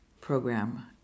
program